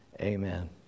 amen